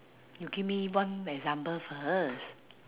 you give me one example first